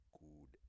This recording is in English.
good